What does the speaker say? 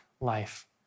life